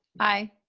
aye.